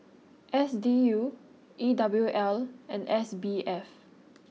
S D U E W L and S B F